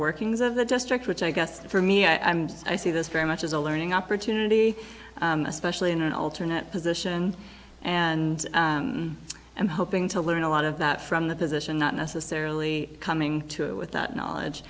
workings of the just which i guess for me i mean i see this very much as a learning opportunity especially in an alternate position and i'm hoping to learn a lot of that from the position not necessarily coming to it with that knowledge